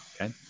Okay